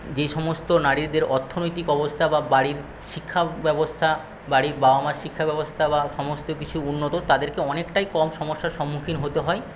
যেই সমস্ত নারীদের অর্থনৈতিক অবস্থা বা বাড়ির শিক্ষা ব্যবস্থা বাড়ির বাবা মা শিক্ষা ব্যবস্থা বা সমস্ত কিছু উন্নত তাদেরকে অনেকটাই কম সমস্যার সম্মুখীন হতে হয়